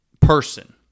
person